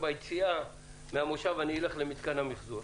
ביציאה מהמושב אני אעבור דרך מתקן המיחזור,